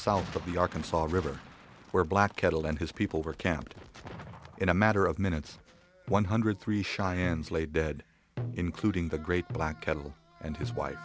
of the arkansas river where black cattle and his people were camped in a matter of minutes one hundred three cheyennes lay dead including the great black kettle and his wife